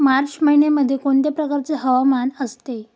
मार्च महिन्यामध्ये कोणत्या प्रकारचे हवामान असते?